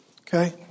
Okay